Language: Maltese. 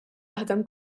taħdem